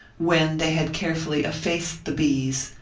when they had carefully effaced the bees,